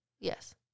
yes